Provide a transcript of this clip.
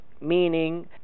meaning